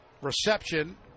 reception